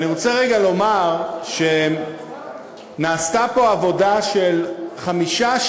אני רוצה רגע לומר שנעשתה פה עבודה של חמישה,